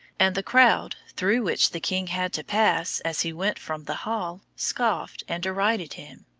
and the crowd through which the king had to pass as he went from the hall scoffed and derided him.